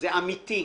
זה אמיתי.